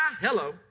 hello